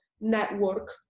network